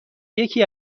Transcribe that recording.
یکی